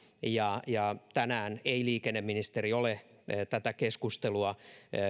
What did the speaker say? ja ja tänään ei liikenneministeri ole tätä keskustelua